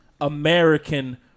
American